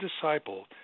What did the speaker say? disciple